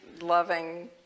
loving